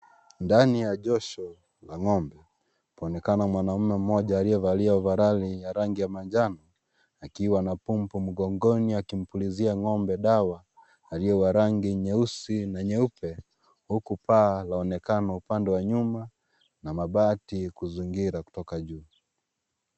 Ndani ya joshi la ng'ombe, kunaonekana mwanaume mmoja aliyevaliwa ovarali ya rangi ya manjano, akiwa na pampu mgongoni, akimpulizia ng'ombe dawa, aliye wa rangi nyeusi na nyeupe, huku paa laonekana upande wa nyuma na mabati kuzingira kutoka juu.